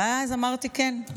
ואז אמרתי: כן,